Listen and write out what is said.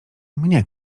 mnie